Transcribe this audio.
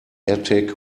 attic